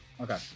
Okay